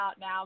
now